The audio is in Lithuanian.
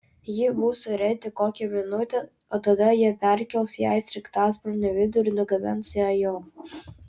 ji bus ore tik kokią minutę o tada jie perkels ją į sraigtasparnio vidų ir nugabens į ajovą